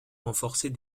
renforcée